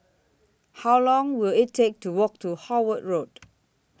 How Long Will IT Take to Walk to Howard Road